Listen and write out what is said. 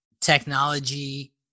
technology